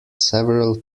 several